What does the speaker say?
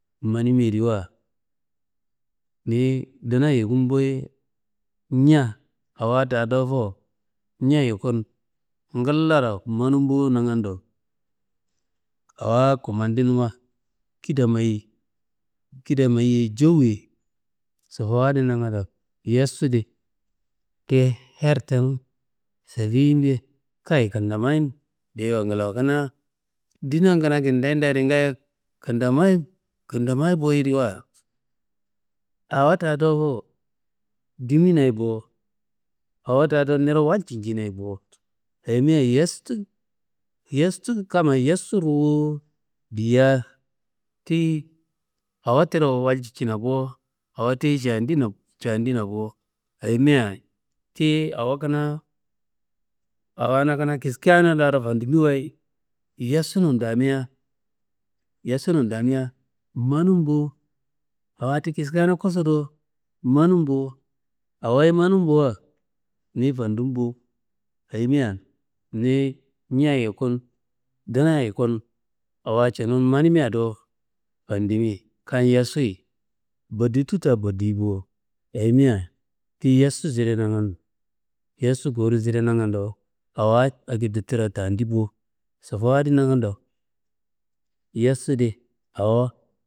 Manimiyediwa, Niyi ndana yukum boye ñea awa daa dowofo, ñea yukun ngallaro manum bo nangando, awa kmadinuma kida mayi, kida mayiye jewuye. Sofowo adi nangando, yestu di ti her tenu, sefiyimbe kayi kentamayi diyiyei ngalawo. Kanaa dinan kindedea ngaayo, kentamayin kentamayi boyediwa awo towo dowofo diminaye bo, awo daa niro walcu njinaye bo, ayime yestu kamayi yessu ruwu diyiya tiyi awo tiro walcu cina bo, awo tiyi cedina bo, ayimia tiyi awo kanaa awona kanaa kiskeyenalaro̧ fandimiwaye, yestunumu damia manumbo, awo ti kiskeyena kusu do manum bo. Awoyi manum bowa niyi fandum bo, ayimia niyi ñea yukun, ndana yukun awo cinum manimea do fandimi. Yessuyi boditu daa bodi bo, ayimia ti yessu sire nangando, yessu kerun sire nangando awa akedo tiro tandi bo, sofowo adi nangando yestu di awo.